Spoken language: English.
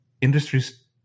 industries